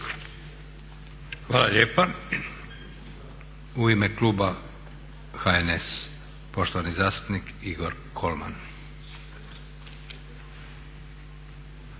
Hvala lijepa. U ime kluba HNS-a poštovani zastupnik Igor Kolman.